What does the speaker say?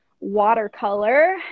watercolor